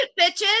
Bitches